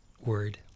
word